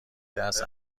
دست